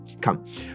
come